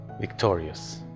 victorious